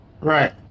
Right